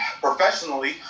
Professionally